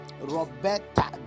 Roberta